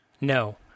No